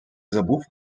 забув